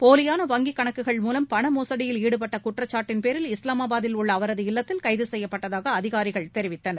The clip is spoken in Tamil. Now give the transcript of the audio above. போலியான வங்கி கணக்குகள் மூலம் பண மோசடியில் ஈடுபட்ட குற்றச்சாட்டின்பேரில் இஸ்லாமாபாதில் உள்ள அவரது இல்லத்தில் கைது செய்யப்பட்டதாக அதிகாரிகள் தெரிவித்தனர்